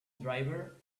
driver